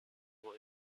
who